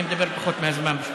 אני מדבר פחות מהזמן.